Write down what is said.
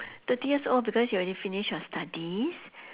thirty years old because you already finish your studies